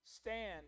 Stand